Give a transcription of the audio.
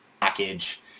package